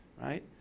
right